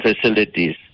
facilities